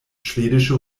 schwedische